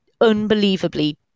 unbelievably